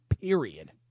period